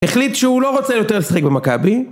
החליט שהוא לא רוצה יותר לשחק במכבי